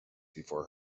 before